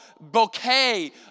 bouquet